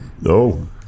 No